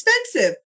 expensive